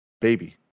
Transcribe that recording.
Baby